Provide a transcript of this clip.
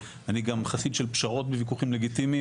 אני גם חסיד של פשרות בוויכוחים לגיטימיים